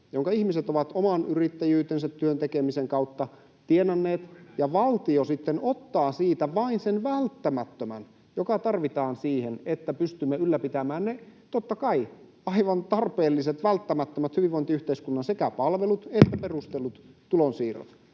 jotka ihmiset ovat oman yrittäjyytensä ja työn tekemisen kautta tienanneet, ja valtio sitten ottaa siitä vain sen välttämättömän, joka tarvitaan siihen, että pystymme ylläpitämään ne totta kai aivan tarpeelliset, välttämättömät hyvinvointiyhteiskunnan sekä palvelut että perustellut tulonsiirrot.